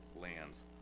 lands